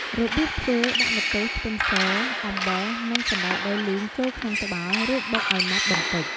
របៀបធ្វើ ដាក់ម្ទេស ខ្ទឹមស អំបិល និងសណ្ដែកដីលីងចូលក្នុងត្បាល់ រួចបុកឲ្យម៉ត់បន្តិច។